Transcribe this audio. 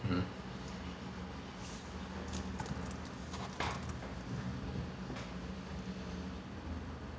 mmhmm